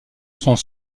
sont